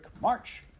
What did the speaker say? march